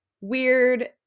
weird